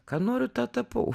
ką noriu tą tapau